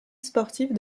sportive